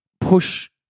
Push